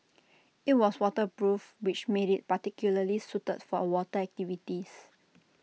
IT was waterproof which made IT particularly suited for water activities